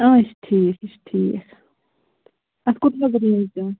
آ یہِ چھِ ٹھیٖک یہِ چھِ ٹھیٖک اَتھ کوٗتاہ حظ رینٛج چھُ